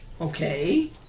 Okay